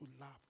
laugh